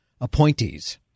appointees